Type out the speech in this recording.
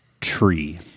tree